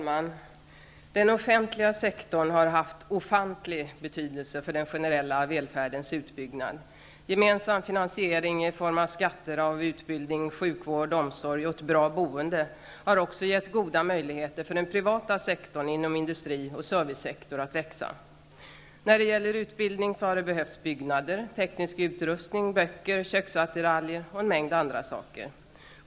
Fru talman! Den offentliga sektorn har haft ofantlig betydelse för den generella välfärdens utbyggnad. Gemensam finansiering, i form av skatter, av utbildning, sjukvård, omsorg och ett bra boende har också gett goda möjligheter för den privata sektorn inom industri och servicesektor att växa. När det gäller utbildning har det behövts byggnader, teknisk utrustning, böcker, köksattiraljer och en mängd andra saker.